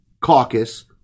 caucus